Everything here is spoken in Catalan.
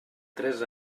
tres